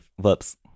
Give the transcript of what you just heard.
Whoops